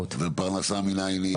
ופרנסה מנין היא?